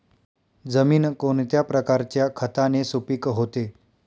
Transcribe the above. जमीन कोणत्या प्रकारच्या खताने सुपिक होते?